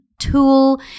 tool